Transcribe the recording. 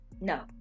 No